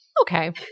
Okay